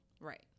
Right